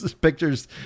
pictures